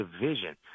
division